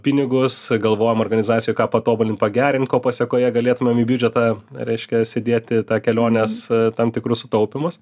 pinigus galvojom organizacijoj ką patobulint pagerint ko pasekoje galėtumėm į biudžetą reiškias įdėti tą keliones tam tikrus sutaupymus